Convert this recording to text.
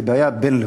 לבעיה בין-לאומית.